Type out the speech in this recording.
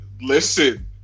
listen